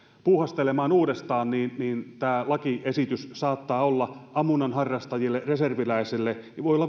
puuhastelemaan uudestaan niin lakiesitys saattaa olla ammunnan harrastajille ja reserviläisille